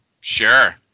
Sure